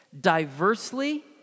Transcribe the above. diversely